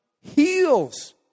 heals